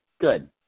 good